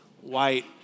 white